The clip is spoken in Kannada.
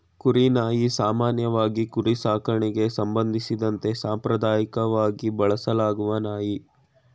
ಕುರಿ ನಾಯಿ ಸಾಮಾನ್ಯವಾಗಿ ಕುರಿ ಸಾಕಣೆಗೆ ಸಂಬಂಧಿಸಿದಂತೆ ಸಾಂಪ್ರದಾಯಕವಾಗಿ ಬಳಸಲಾಗುವ ನಾಯಿ